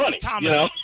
Thomas